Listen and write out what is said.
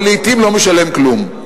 ולעתים לא משלם כלום.